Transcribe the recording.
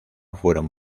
fueron